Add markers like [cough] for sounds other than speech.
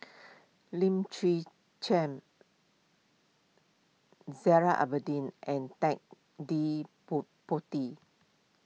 [noise] Lim Chwee Chian Zainal Abidin and Ted De Pon Ponti